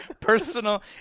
Personal